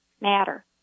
matter